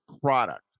product